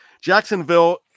Jacksonville